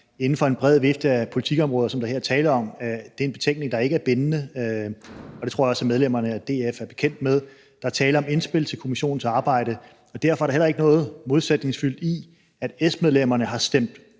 inden for en bred vifte af politikområder, som der her er tale om, er betænkninger, der ikke er bindende, og det tror jeg også at medlemmerne af DF er bekendt med. Der er tale om indspil til Kommissionens arbejde, og derfor er der heller ikke noget modsætningsfyldt i, at S-medlemmerne har stemt